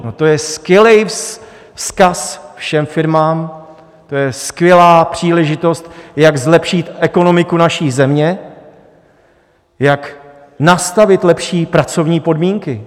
No, to je skvělý vzkaz všem firmám, to je skvělá příležitost, jak zlepšit ekonomiku naší země, jak nastavit lepší pracovní podmínky.